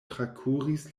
trakuris